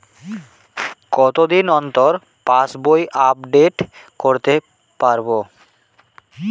কতদিন অন্তর পাশবই আপডেট করতে পারব?